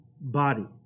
body